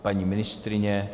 Paní ministryně?